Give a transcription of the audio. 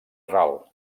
ral